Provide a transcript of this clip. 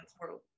world